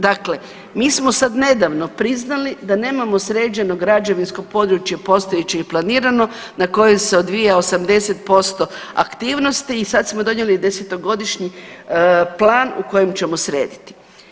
Dakle, mi smo sad nedavno priznali da nemamo sređeno građevinsko područje postojeće i planirano na koje se odvija 80% aktivnosti i sad smo donijeli 10-godišnji plan u kojem ćemo srediti.